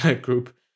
group